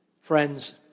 Friends